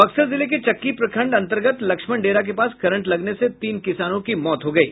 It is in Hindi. बक्सर जिले के चक्की प्रखंड अंतर्गत लक्ष्मण डेरा के पास करंट लगने से तीन किसानों की मौत हो गयी